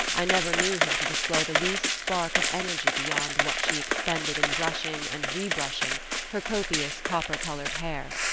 i never knew her to display the least spark of energy beyond what she expended in brushing and re-brushing her copious copper-coloured hair,